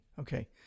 okay